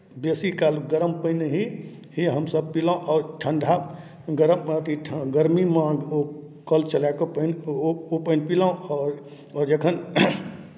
बेसी काल गरम पानि ही ही हमसभ पीलहुँ आओर ठण्ढा गरम अथि गर्मीमे कल चला कऽ पानि ओ ओ पानि पीलहुँ आओर आओर जखन